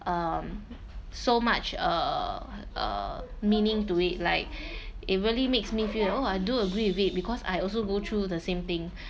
um so much uh uh meaning to it like it really makes me feel oh I do agree with it because I also go through the same thing